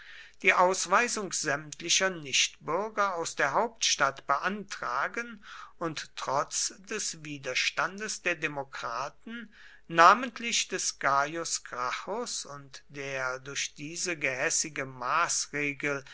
die ausweisung sämtlicher nichtbürger aus der hauptstadt beantragen und trotz des widerstandes der demokraten namentlich des gaius gracchus und der durch diese gehässige maßregel